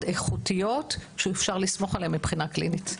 איכותיות שאפשר לסמוך עליהן מבחינה קלינית.